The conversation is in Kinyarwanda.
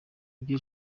ibyo